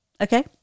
Okay